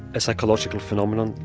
a psychological phenomenon,